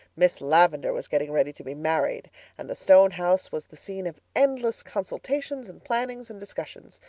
miss lavendar was getting ready to be married and the stone house was the scene of endless consultations and plannings and discussions,